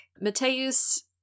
Mateus